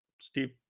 Steve